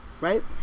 right